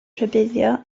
rhybuddio